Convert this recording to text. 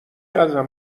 ازم